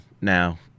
now